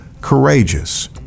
courageous